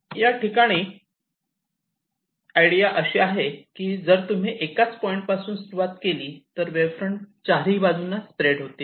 याठिकाणी आयडिया अशी आहे की जर तुम्ही एकाच पॉईंट पासून सुरुवात केली तर वेव्ह फ्रंट चारही बाजूंना स्प्रेड होतील